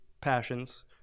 passions